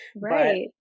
right